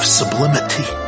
sublimity